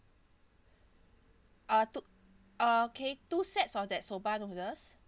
uh two okay two sets of that soba noodles